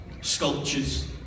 Sculptures